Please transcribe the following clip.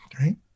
right